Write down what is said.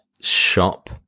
shop